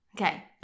Okay